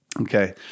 Okay